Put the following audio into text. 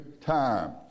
time